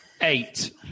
Eight